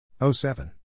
07